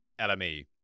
LME